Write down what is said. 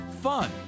fun